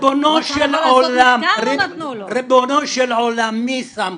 ריבונו של עולם, מי שמך?